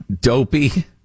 Dopey